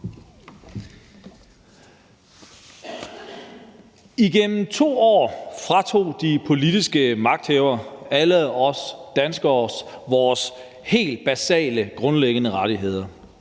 Igennem 2 år fratog de politiske magthavere alle os danskere vores helt basale, grundlæggende rettigheder.